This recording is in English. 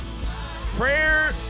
Prayer